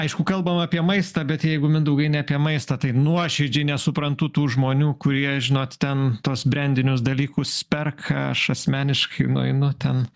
aišku kalbam apie maistą bet jeigu mindaugai ne apie maistą tai nuoširdžiai nesuprantu tų žmonių kurie žinot ten tuos brendinius dalykus perka aš asmeniškai nueinu ten